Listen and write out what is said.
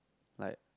like